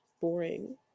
boring